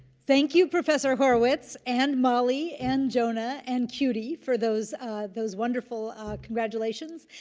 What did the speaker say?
thank you, professor horowitz and molly and jonah and cutie for those those wonderful congratulations.